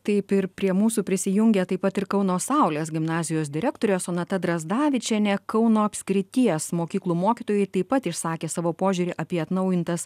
taip ir prie mūsų prisijungė taip pat ir kauno saulės gimnazijos direktorė sonata drazdavičienė kauno apskrities mokyklų mokytojai taip pat išsakė savo požiūrį apie atnaujintas